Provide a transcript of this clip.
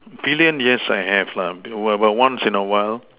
billion yes I have lah but once in a while